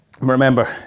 Remember